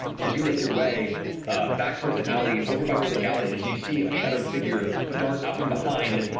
as you make your way back towards the alley, alley, over by where the gala is, you see a shadowed figure dart out from behind,